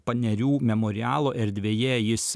panerių memorialo erdvėje jis